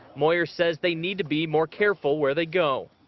moyer says they need to be more careful where they go.